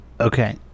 okay